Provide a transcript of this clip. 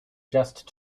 just